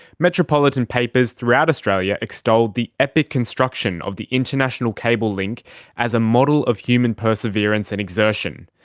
metropolitan papers throughout australia extolled the epic construction of the international cable link as a model of human perseverance and exertion.